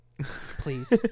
please